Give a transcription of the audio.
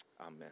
Amen